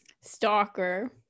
Stalker